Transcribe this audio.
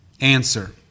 Answer